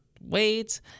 wait